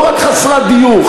לא רק חסרת דיור,